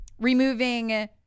removing